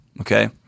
okay